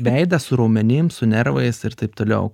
veidas raumenims su nervais ir taip toliau